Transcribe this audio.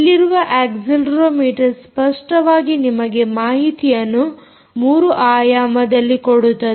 ಇಲ್ಲಿರುವ ಅಕ್ಸೆಲೆರೋಮೀಟರ್ ಸ್ಪಷ್ಟವಾಗಿ ನಿಮಗೆ ಮಾಹಿತಿಯನ್ನು 3 ಆಯಾಮದಲ್ಲಿ ಕೊಡುತ್ತದೆ